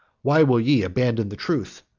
why will ye abandon the truth?